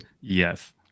yes